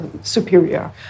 superior